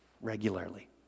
regularly